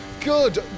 Good